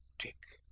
tick!